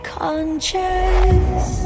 conscious